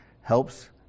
helps